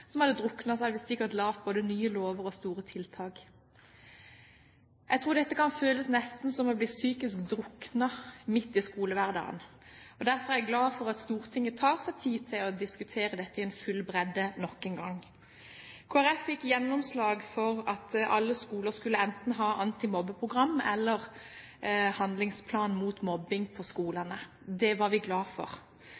som hadde druknet, hadde vi sikkert laget både nye lover og kommet med store tiltak. Jeg tror dette kan føles nesten som å bli psykisk druknet midt i skolehverdagen, og derfor er jeg glad for at Stortinget tar seg tid til å diskutere dette i full bredde nok en gang. Kristelig Folkeparti fikk gjennomslag for at alle skoler enten skulle ha et antimobbeprogram eller en handlingsplan mot mobbing.